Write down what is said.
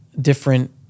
different